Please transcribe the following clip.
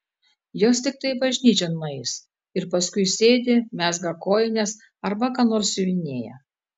jos tiktai bažnyčion nueis ir paskui sėdi mezga kojines arba ką nors siuvinėja